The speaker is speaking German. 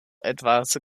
etwas